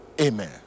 Amen